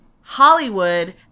Hollywood